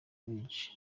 benshi